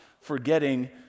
forgetting